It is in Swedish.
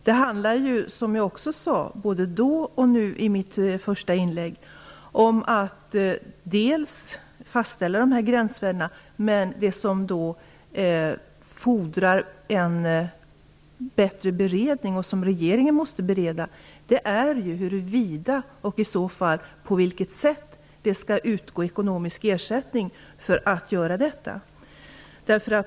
Det handlar om, som jag sade då och i mitt första inlägg nu, att fastställa gränsvärdena. Det som fordrar en bättre beredning - det som regeringen måste bereda - är huruvida, och i så fall på vilket sätt, det skall utgå ekonomisk ersättning för att göra detta.